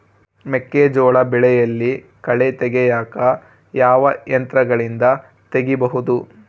ಮೆಕ್ಕೆಜೋಳ ಬೆಳೆಯಲ್ಲಿ ಕಳೆ ತೆಗಿಯಾಕ ಯಾವ ಯಂತ್ರಗಳಿಂದ ತೆಗಿಬಹುದು?